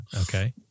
Okay